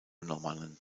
normannen